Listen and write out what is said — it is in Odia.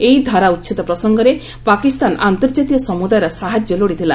ଏହି ଧାରା ଉଚ୍ଛେଦ ପ୍ରସଙ୍ଗରେ ପାକିସ୍ତାନ ଆନ୍ତର୍ଜାତୀୟ ସମ୍ରଦାୟର ସାହାର୍ଯ୍ୟ ଲୋଡିଥିଲା